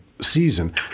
Season